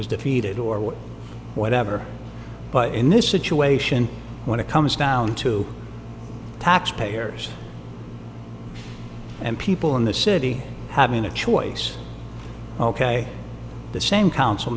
was defeated or whatever but in this situation when it comes down to taxpayers and people in the city having a choice ok the same council